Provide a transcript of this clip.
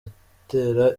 bitera